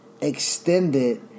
extended